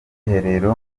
mwiherero